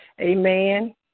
amen